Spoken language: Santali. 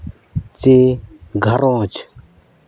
ᱪᱮ ᱜᱷᱟᱨᱚᱸᱡᱽ